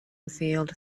field